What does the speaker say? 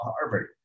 Harvard